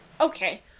Okay